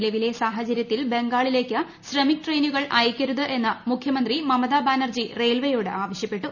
നിലവിലെ സാഹചര്യത്തിൽ ബംഗാളിലേക്ക് ശ്രമിക് ട്രെയിനുകൾ അയ്ക്കരുതെന്ന് മൂഖ്യമന്ത്രി മമത ബാനർജി റെയിൽവെയോട് ആവശ്യപ്പെട്ടു